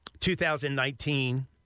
2019